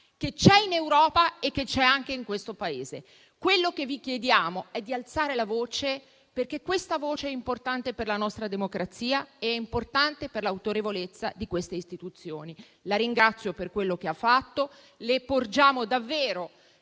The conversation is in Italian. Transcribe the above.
che c'è in Europa e anche in questo Paese. Quello che vi chiediamo è di alzare la voce, perché questa voce è importante per la nostra democrazia ed è importante per l'autorevolezza di queste istituzioni. La ringrazio per quello che ha fatto. Le porgiamo davvero